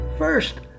First